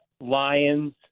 Lions